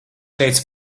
teica